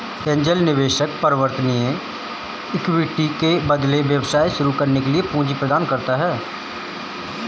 angel निवेशक परिवर्तनीय equity के बदले व्यवसाय शुरू करने के लिए पूंजी प्रदान करता है